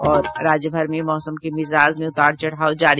और राज्यभर में मौसम के मिजाज में उतार चढ़ाव जारी